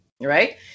right